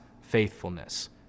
faithfulness